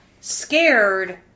scared